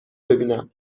ببینم